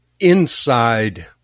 Inside